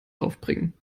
aufbringen